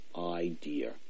idea